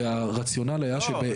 והרציונל היה --- לא,